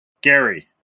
Gary